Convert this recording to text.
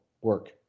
work